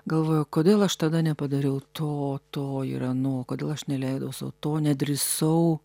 galvoju kodėl aš tada nepadariau to to ir ano kodėl aš neleidau sau to nedrįsau